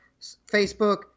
Facebook